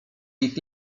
ich